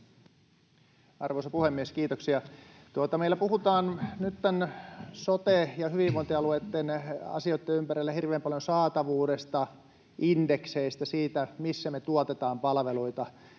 Arvoisa puhemies, kiitoksia! Meillä puhutaan nyt sote- ja hyvinvointialueitten asioitten ympärillä hirveän paljon saatavuudesta, indekseistä, siitä, missä me tuotetaan palveluita